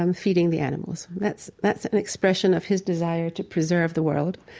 um feeding the animals. that's that's an expression of his desire to preserve the world.